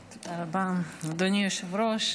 תודה רבה, אדוני היושב-ראש.